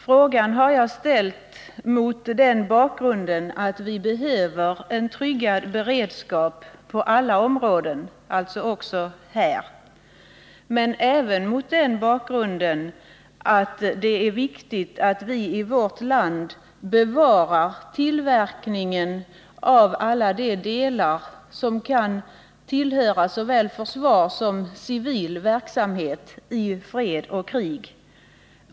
Jag har ställt min fråga mot bakgrund av att vi behöver en tryggad beredskap på alla områden, alltså också på detta, men även mot den bakgrunden att det är viktigt att vi i vårt land bevarar tillverkningen av alla de delar som kan hänföras till såväl försvarsverksamhet som civil verksamhet i fred och krig.